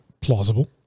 plausible